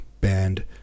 band